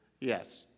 yes